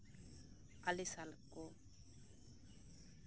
ᱥᱟᱞᱟᱜ ᱠᱚ